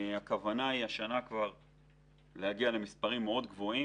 הכוונה היא להגיע כבר השנה למספרים גבוהים